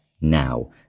now